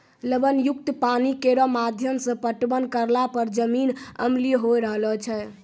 लवण युक्त पानी केरो माध्यम सें पटवन करला पर जमीन अम्लीय होय रहलो छै